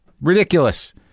Ridiculous